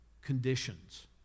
conditions